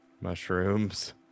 Mushrooms